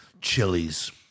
chilies